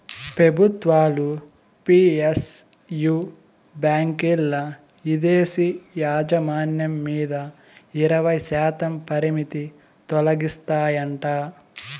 పెబుత్వాలు పి.ఎస్.యు బాంకీల్ల ఇదేశీ యాజమాన్యం మీద ఇరవైశాతం పరిమితి తొలగిస్తాయంట